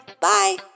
Bye